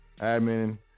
Admin